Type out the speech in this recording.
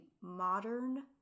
modern